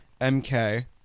MK